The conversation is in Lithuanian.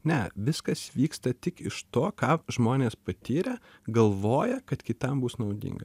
ne viskas vyksta tik iš to ką žmonės patyrę galvoja kad kitam bus naudinga